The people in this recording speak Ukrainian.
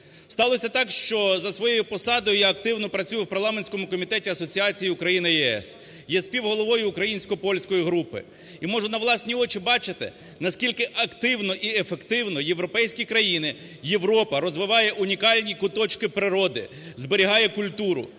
Сталося так, що за своєю посадою я активно працюю в парламентському комітеті асоціації Україна-ЄС, є співголовою українсько-польської групи і можу на власні очі бачити, наскільки активно і ефективно європейські країни, Європа розвиває унікальні куточки природи, зберігає культуру,